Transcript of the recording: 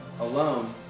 alone